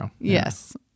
Yes